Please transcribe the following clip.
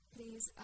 Please